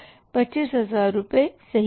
25000 रुपये सही